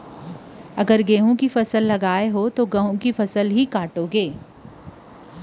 गहूँ के फसल लगाए हस त गहूँच के फसल ल लूबे